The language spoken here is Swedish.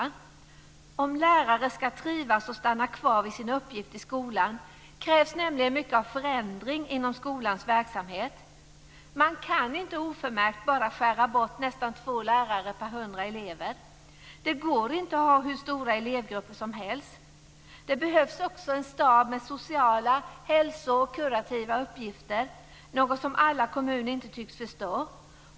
För att lärare ska trivas och stanna kvar vid sin uppgift i skolan krävs nämligen mycket av förändring inom skolans verksamhet. Man kan inte oförmärkt bara skära bort nästan två lärare per 100 elever. Det går inte att ha hur stora elevgrupper som helst. Det behövs också en stab av medarbetare med sociala, hälsoinriktade och kurativa uppgifter, något som inte alla kommuner tycks förstå.